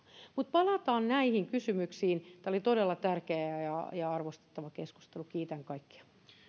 palataan näihin kysymyksiin tämä oli todella tärkeä ja arvostettava keskustelu ja kiitän kaikkia